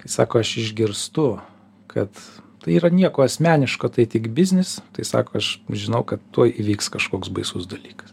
sako aš išgirstu kad tai yra nieko asmeniško tai tik biznis tai sako aš žinau kad tuoj įvyks kažkoks baisus dalykas